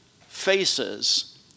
faces